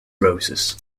roses